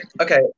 Okay